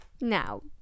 Now